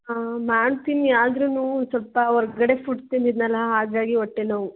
ಹಾಂ ಮಾಡ್ತೀನಿ ಆದ್ರೂ ಒಂದ್ ಸ್ವಲ್ಪ ಹೊರ್ಗಡೆ ಫುಡ್ ತಿಂದಿದ್ನಲ್ಲ ಹಾಗಾಗಿ ಹೊಟ್ಟೆನೋವು